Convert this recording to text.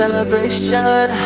Celebration